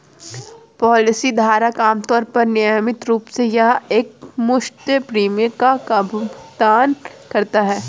policy धारक आमतौर पर नियमित रूप से या एकमुश्त प्रीमियम का भुगतान करता है